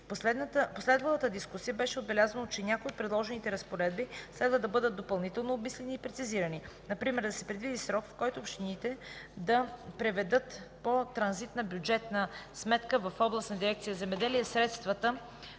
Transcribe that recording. последвалата дискусия беше отбелязано, че някои от предложените разпоредби следва да бъдат допълнително обмислени и прецизирани – например да се предвиди срок, в който общините да преведат по транзитна бюджетна сметка в областната дирекция „Земеделие” средствата